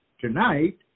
tonight